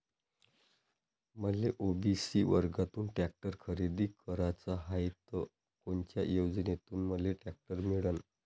मले ओ.बी.सी वर्गातून टॅक्टर खरेदी कराचा हाये त कोनच्या योजनेतून मले टॅक्टर मिळन?